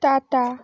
Tata